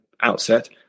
outset